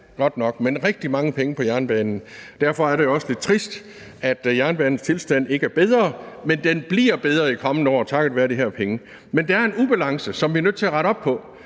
rigtig mange penge på jernbanen. Derfor er det også lidt trist, at jernbanens tilstand ikke er bedre, men den bliver bedre de kommende år takket være de her penge. Men der er en ubalance, som vi er nødt til at rette op på,